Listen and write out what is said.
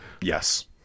Yes